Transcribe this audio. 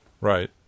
Right